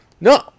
No